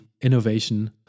innovation